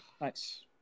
Nice